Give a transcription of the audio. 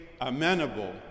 amenable